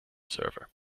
server